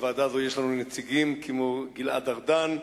בוועדה הזאת יש לנו נציגים כמו גלעד ארדן,